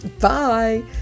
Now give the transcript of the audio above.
Bye